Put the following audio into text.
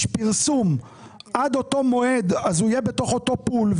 פרסום עד אותו מועד יהיה בתוך אותו Pool.